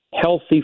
healthy